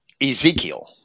Ezekiel